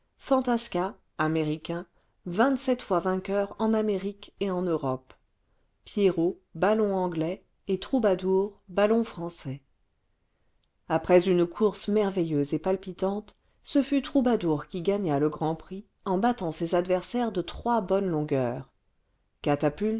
fantasca américain vingt-sept fois vainqueur en amérique et en europe pierrot ballon anglais et troubadour ballon français après une course merveilleuse et palpitante ce fut troubadour qui gagna le grand prix en battant ses adversaires de trois bonnes longueurs catapulte